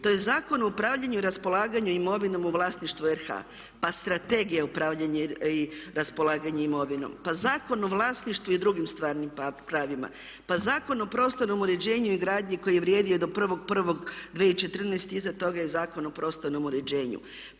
To je Zakon o upravljanju i raspolaganju imovinom u vlasništvu RH, pa Strategija upravljanjem i raspolaganjem imovinom, pa Zakon o vlasništvu i drugim stvarnim pravima, pa Zakon o prostornom uređenju i gradnji koji je vrijedio do 1.1.2014., iza toga je Zakon o prostornom uređenju.